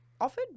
Offered